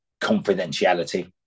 confidentiality